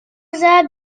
ضرب